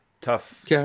Tough